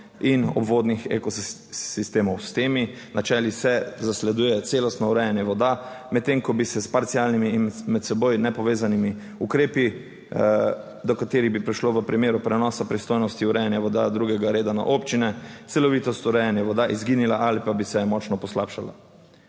in obvodnih sistemov. S temi načeli se zasleduje celostno urejanje voda, medtem ko bi se s parcialnimi in med seboj nepovezanimi ukrepi, do katerih bi prišlo v primeru prenosa pristojnosti urejanja voda drugega reda na občine, celovitost urejanja voda izginila ali pa bi se močno poslabšala.